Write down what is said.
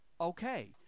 okay